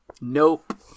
Nope